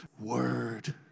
word